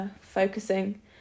focusing